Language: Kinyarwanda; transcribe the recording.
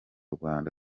rwanda